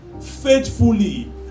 faithfully